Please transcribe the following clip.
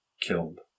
killed